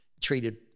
treated